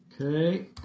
Okay